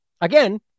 again